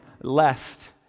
lest